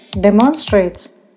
demonstrates